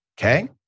okay